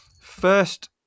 First